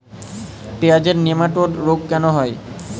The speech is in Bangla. পেঁয়াজের নেমাটোড রোগ কেন হয়?